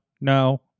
no